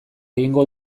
egingo